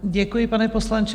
Děkuji, pane poslanče.